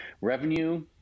Revenue